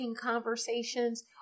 conversations